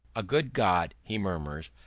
a good god, he murmurs,